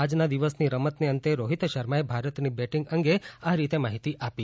આજના દિવસની રમતને અંતે રોહિત શર્માએ ભારતની બેટિંગ અંગે આ રીતે માહિતી આપી